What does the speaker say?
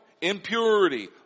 impurity